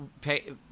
pay